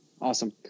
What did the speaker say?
Awesome